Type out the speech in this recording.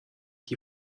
die